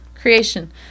Creation